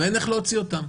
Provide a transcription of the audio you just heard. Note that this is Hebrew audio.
ואין איך להוציא אותם.